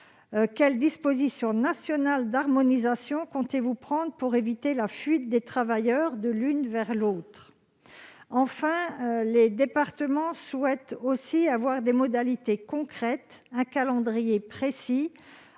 Quelles dispositions nationales d'harmonisation comptez-vous prendre pour éviter la fuite des travailleurs d'un secteur vers l'autre ? Enfin, les départements souhaitent disposer des modalités concrètes et d'un calendrier précis